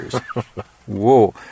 Whoa